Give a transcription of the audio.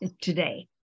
today